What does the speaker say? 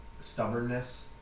stubbornness